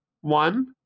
one